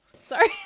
Sorry